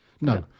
No